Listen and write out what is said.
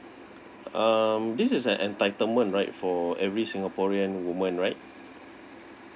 um this is an entitlement right for every singaporean women right